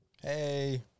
hey